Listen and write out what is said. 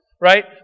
right